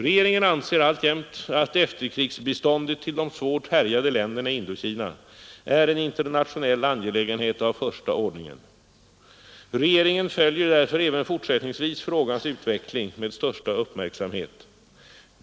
Regeringen anser alltjämt att efterkrigsbiståndet till de svårt härjade länderna i Indokina är en internationell angelägenhet av första ordningen. Regeringen följer därför även fortsättningsvis frågans utveckling med största uppmärksamhet.